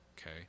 okay